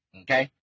Okay